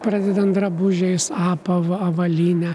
pradedant drabužiais apava avalyne